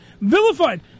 Vilified